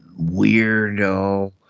weirdo